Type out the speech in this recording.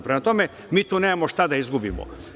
Prema tome, mi tu nemamo šta da izgubimo.